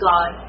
God